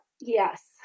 Yes